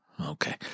Okay